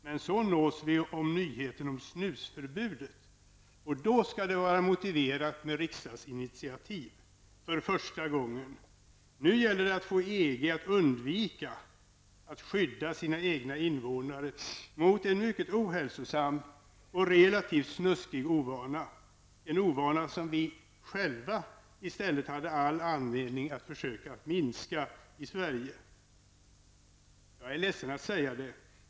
Men så nås vi av nyheten om snusförbudet och då skall det vara motiverat med ett riksdagsinitiativ för första gången. Nu gäller det att få EG att undvika att skydda sina egna invånare mot en mycket ohälsosam och relativt snuskig ovana; en ovana som vi själva i stället hade all anledning att försöka minska i Sverige. Jag är ledsen att säga det.